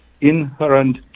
inherent